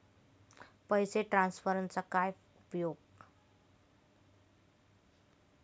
पैसे ट्रान्सफरचा काय उपयोग?